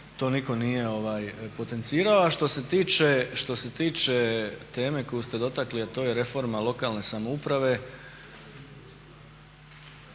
to nitko nije potencirao. A što se tiče teme koju ste dotakli a to je reforma lokalne samouprave,